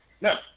Now